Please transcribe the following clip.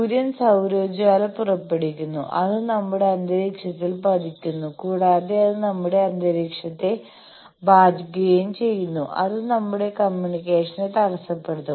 സൂര്യൻ സൌരജ്വാല പുറപ്പെടുവിക്കുന്നു അത് നമ്മുടെ അന്തരീക്ഷത്തിൽ പതിക്കുന്നു കൂടാതെ അത് നമ്മുടെ അന്തരീക്ഷത്തെ ബാധിക്കുകയും ചെയ്യുന്നു ഇത് നമ്മുടെ കമ്മ്യൂണിക്കേഷനെ തടസ്സപ്പെടുത്തും